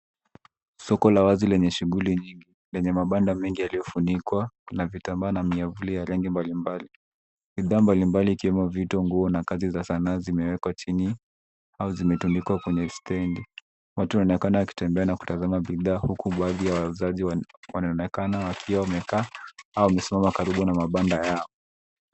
Soko la wazi lenye shughuli nyingi, lenye mabanda mengi yaliyofunikwa na vitambaa na miavuli ya rangi mbalimbali. Bidhaa mbalimbali ikiwemo vito, nguo na kazi za sanaa zimewekwa chini au zimetundikwa kwenye stendi. Watu wanaonekana wakipita wakitazama bidhaa huku baadhi ya wauzaji wanaonekana wakiwa wamekaa au wamesimama karibu na mabanda yao.